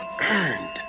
Earned